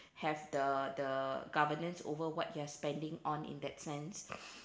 have the the governance over what you're spending on in that sense